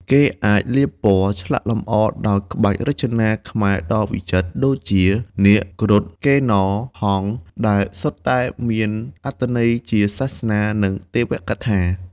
គេអាច លាបពណ៌ ឆ្លាក់លម្អដោយក្បាច់រចនាខ្មែរដ៏វិចិត្រ ដូចជា នាគ គ្រុឌ កិន្នរ ហង្ស ដែលសុទ្ធតែមានអត្ថន័យជាសាសនា និងទេវកថា។